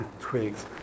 twigs